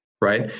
right